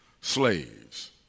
slaves